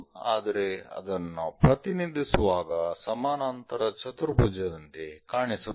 ಆದರೆ ಅದನ್ನು ನಾವು ಪ್ರತಿನಿಧಿಸುವಾಗ ಸಮಾನಾಂತರ ಚತುರ್ಭುಜದಂತೆ ಕಾಣಿಸಬಹುದು